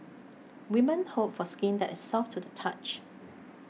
women hope for skin that is soft to the touch